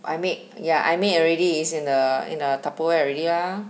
I make ya I made already it's in a in a Tupperware already ah